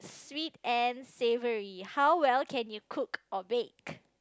sweet and salivary how well can you cook or bake